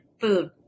food